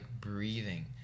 breathing